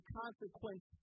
consequence